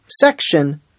section